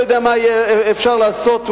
לא יודע מה יהיה אפשר לעשות,